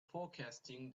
forecasting